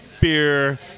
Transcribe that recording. beer